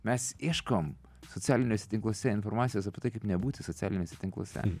mes ieškom socialiniuose tinkluose informacijos apie tai kaip nebūti socialiniuose tinkluose